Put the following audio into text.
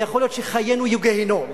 ויכול להיות שחיינו יהיו גיהינום.